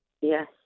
Yes